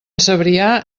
cebrià